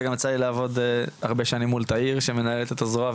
וגם יצא לי לעבוד הרבה שנים מול תאיר שמנהלת את הזרוע,